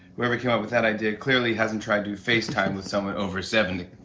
whoever came up with that idea clearly hasn't tried to facetime with someone over seventy.